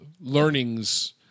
learnings